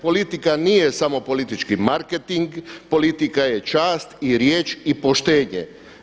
Politika nije samo politički marketing, politika je čast, i riječ, i poštenje.